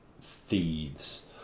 thieves